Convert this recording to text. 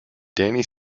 danny